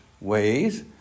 ways